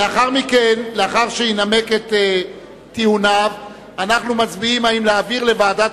לאחר שחבר הכנסת חסון ינמק את טיעוניו אנחנו נצביע אם להעביר לוועדת